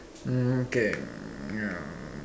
hmm okay hmm ya